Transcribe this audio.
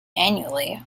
annually